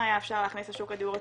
היה אפשר להכניס לשוק הדיור הציבורי,